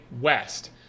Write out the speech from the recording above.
West